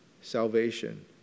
salvation